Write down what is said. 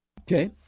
Okay